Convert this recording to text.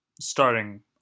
starting